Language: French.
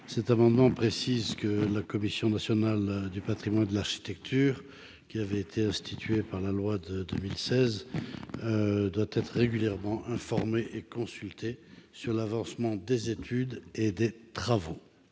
Cet amendement vise à préciser que la Commission nationale du patrimoine et de l'architecture, instituée par la loi de 2016, doit être régulièrement informée et consultée sur l'avancement des études et des travaux.